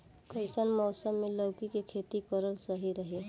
कइसन मौसम मे लौकी के खेती करल सही रही?